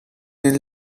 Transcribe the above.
این